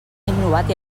innovat